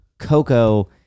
coco